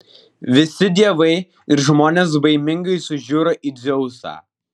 visi dievai ir žmonės baimingai sužiuro į dzeusą